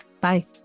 Bye